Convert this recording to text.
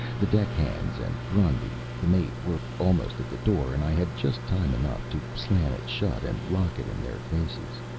the deckhands and grundy, the mate, were almost at the door, and i had just time enough to slam it shut and lock it in their faces.